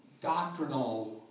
doctrinal